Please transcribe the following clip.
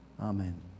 Amen